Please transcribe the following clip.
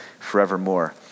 Forevermore